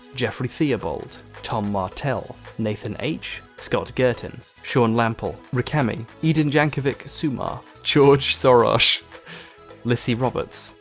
jeffrey theobald, tom martel nathan h, scott girton, sean lampall, recammy, edin jankovic sumar, george sirach lisi roberts,